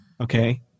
Okay